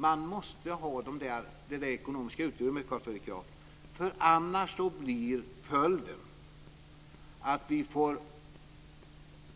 Man måste ha det ekonomiska utrymmet, Carl Fredrik Graf, för annars blir följden att vi får